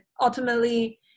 ultimately